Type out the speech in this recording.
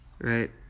Right